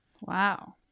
wow